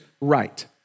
right